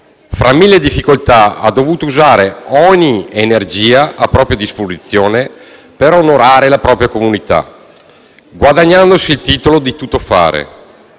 fra mille difficoltà, ogni energia a propria disposizione per onorare la propria comunità, guadagnandosi il titolo di tuttofare.